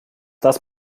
das